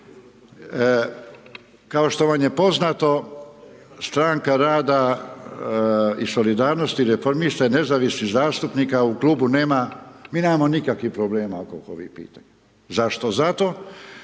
kao što vam je poznato Stranka rada i solidarnosti, reformista i nezavisnih zastupnika u klubu nema, mi nemamo nikakvih problema oko ovih pitanja. Zašto? Zato